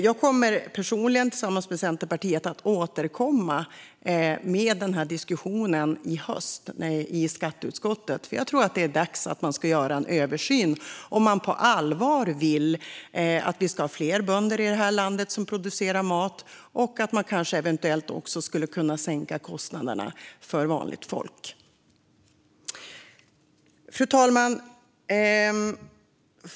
Jag kommer personligen tillsammans med Centerpartiet att återkomma till den här diskussionen i höst i skatteutskottet, för jag tror att det är dags att göra en översyn om man på allvar vill att vi ska ha fler bönder som producerar mat i det här landet. Eventuellt skulle man också kunna sänka kostnaderna för vanligt folk. Fru talman!